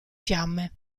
fiamme